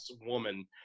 woman